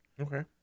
Okay